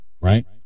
right